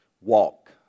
Walk